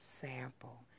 sample